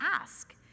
ask